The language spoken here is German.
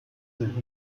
sind